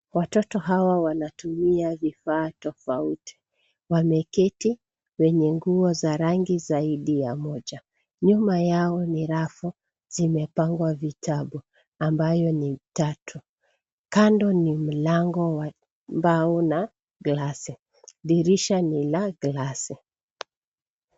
Watoto hawa wanatumia vifaa tofauti. Wameketi wenye nguo za rangi zaidi ya moja. Nyuma yao ni rafu zimepangwa vitabu ambayo ni tatu. Kando ni mlango wa mbao na glasi. Dirisha ni la glasi.